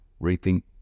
rethink